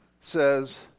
says